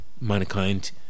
mankind